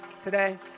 today